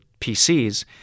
PCs